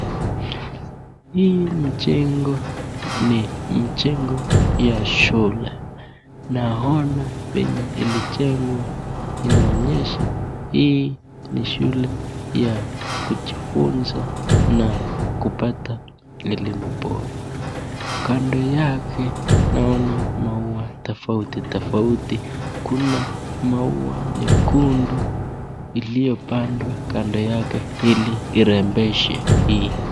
Hii mjengo ni mjengo ya shule naona venye ilijengwa inaonyesha hii ni shule ya kujifunza na kupata elimu bora, kando yake naona maua tofauti tofauti kuna maua nyekundu iliyopandwa kando yake ili irembeshe hii.